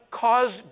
caused